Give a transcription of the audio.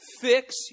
Fix